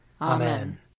Amen